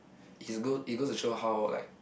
is go it goes to show how like